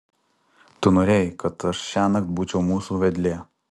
tu norėjai kad aš šiąnakt būčiau mūsų vedlė